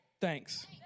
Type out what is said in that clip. Thanks